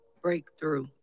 Breakthrough